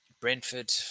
Brentford